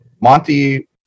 Monty